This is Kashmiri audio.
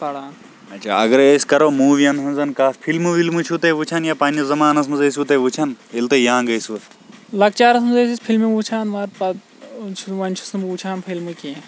لَکچارَس منٛز ٲسۍ أسۍ فِلمہٕ وُچھان مَگَر پَتہٕ چھُس وۄنۍ چھُس نہٕ بہٕ وُچھان فِلمہٕ کیٚنٛہہ